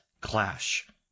clash